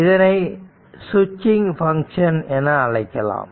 இதனை சுவிட்சிங் பங்க்ஷன் என அழைக்கலாம்